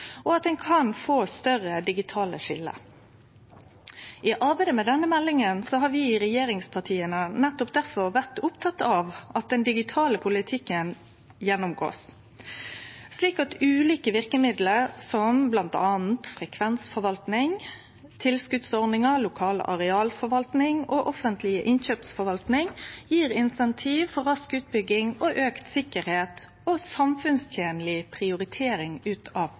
og at ein kan få større digitale skilje. I arbeidet med denne meldinga har vi i regjeringspartia nettopp difor vore opptekne av at den digitale politikken blir gjennomgått, slik at ulike verkemiddel som bl.a. frekvensforvaltning, tilskotsordningar, lokal arealforvaltning og offentleg innkjøpsforvaltning, gjev insentiv for rask utbygging, større sikkerheit og samfunnstenleg prioritering av